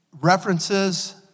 references